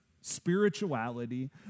spirituality